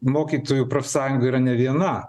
mokytojų profsąjungų yra ne viena